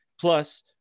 Plus